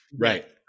Right